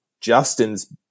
Justin's